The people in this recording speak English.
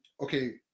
Okay